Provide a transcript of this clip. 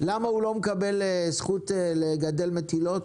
למה הוא לא מקבל זכות לגדל מטילות?